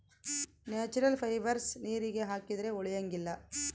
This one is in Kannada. ನ್ಯಾಚುರಲ್ ಫೈಬರ್ಸ್ ನೀರಿಗೆ ಹಾಕಿದ್ರೆ ಉಳಿಯಂಗಿಲ್ಲ